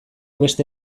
beste